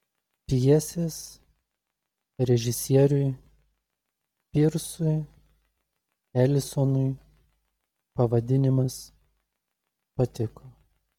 pjesės režisieriui pirsui elisonui pavadinimas patiko